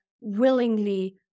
willingly